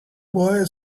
boy